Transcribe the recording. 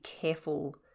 careful